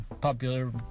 popular